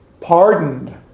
pardoned